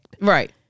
Right